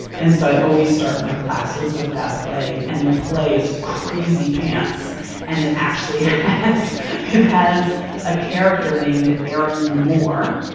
and so i always start my classes with that play. and the play is crazy-pants and it actually has it has a character named aaron the moor,